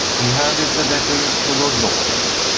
he handed the letter to lord loring.